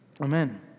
Amen